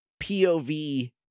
POV